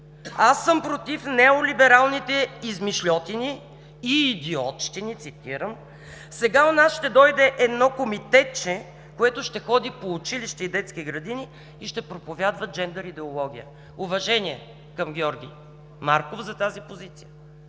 „Аз съм против неолибералните измишльотини и идиотщини, сега у нас ще дойде едно комитетче, което ще ходи по училища и детски градини и ще проповядва джендър идеология“. Уважение към Георги Марков за този позиция,